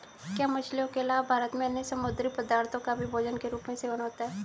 क्या मछलियों के अलावा भारत में अन्य समुद्री पदार्थों का भी भोजन के रूप में सेवन होता है?